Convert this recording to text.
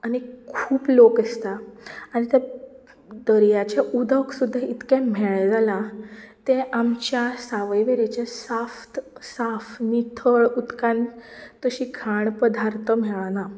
आनी खूब लोक आसता आनी ते दर्याचें उदक सुद्दां इतकें म्हेळें जालां तें आमच्या सावयवेरेंच्या साफ्त साफ नितळ उदकांत तशी घाण पदार्थ मेळनात